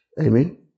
Amen